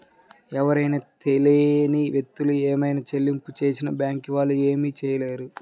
ఎవరో తెలియని వ్యక్తులు ఏవైనా చెల్లింపులు చేసినా బ్యేంకు వాళ్ళు ఏమీ చేయలేరు